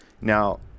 Now